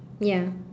ya